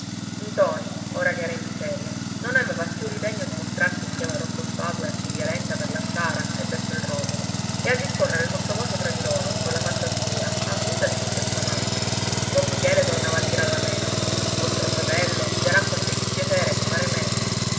ntoni ora che era in miseria non aveva più ritegno di mostrarsi insieme a rocco spatu e a cinghialenta per la sciara e verso il rotolo e a discorrere sottovoce fra di loro colla faccia scura a guisa di lupi affamati don michele tornava a dire alla mena vostro fratello vi darà qualche dispiacere comare mena